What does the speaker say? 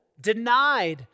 denied